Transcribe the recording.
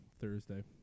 Thursday